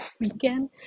weekend